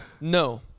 No